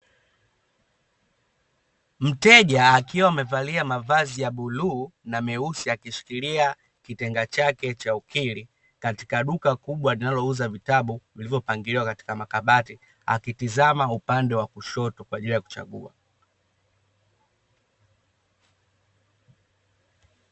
Mteja akiwa amevalia mavazi ya buluu na meusi akishikilia kitenga chake cha ukili katika duka kubwa linalouza vitabu vilivyopangiliwa katika makabati, akitizama upande wa kushoto kwa ajili ya kuchagua.